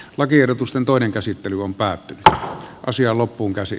lakiehdotusten toinen käsittely on päättynyt ja asia tuloksia